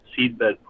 seedbed